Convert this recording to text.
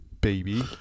baby